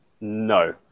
No